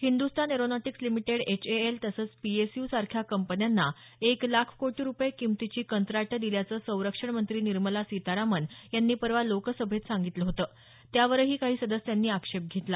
Hindustan aeronautics limited HAL तसंच PSU सारख्या कंपन्यांना एक लाख कोटी रुपये किमतीची कंत्राटं दिल्याचं संरक्षण मंत्री निर्मला सीतारामन यांनी परवा लोकसभेत सांगितलं होतं त्यावरही काही सदस्यांनी आक्षेप घेतला